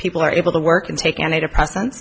people are able to work and take antidepressants